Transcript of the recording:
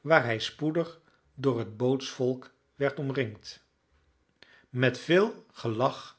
waar hij spoedig door het bootsvolk werd omringd met veel gelach